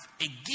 again